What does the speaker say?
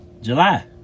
July